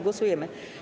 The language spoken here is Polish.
Głosujemy.